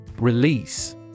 Release